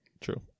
True